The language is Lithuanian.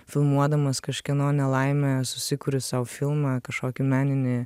filmuodamas kažkieno nelaimę susikuri sau filmą kažkokį meninį